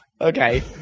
okay